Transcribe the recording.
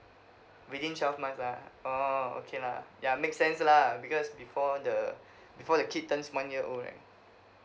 within twelve month lah orh okay lah ya make sense lah because before the before the kid turns one year old right